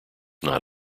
not